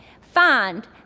find